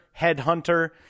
headhunter